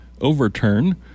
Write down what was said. overturn